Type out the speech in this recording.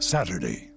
Saturday